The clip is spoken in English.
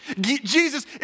Jesus